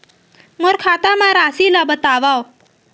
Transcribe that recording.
मोर खाता म राशि ल बताओ?